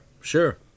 sure